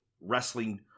wrestling